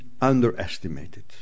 underestimated